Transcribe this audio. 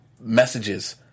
messages